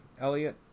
Elliot